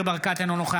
מירב בן ארי,